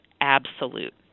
absolute